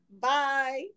bye